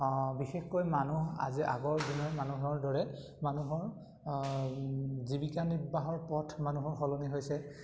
বিশেষকৈ মানুহ আজি আগৰ দিনৰ মানুহৰ দৰে মানুহৰ জীৱিকা নিৰ্বাহৰ পথ মানুহৰ সলনি হৈছে